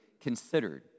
considered